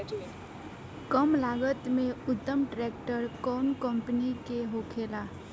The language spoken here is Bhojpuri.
कम लागत में उत्तम ट्रैक्टर कउन कम्पनी के होखेला?